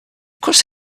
course